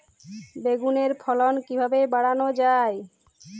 বেগুনের ফলন কিভাবে বাড়ানো যায়?